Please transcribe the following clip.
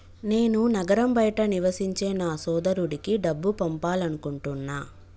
నేను నగరం బయట నివసించే నా సోదరుడికి డబ్బు పంపాలనుకుంటున్నా